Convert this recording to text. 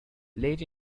late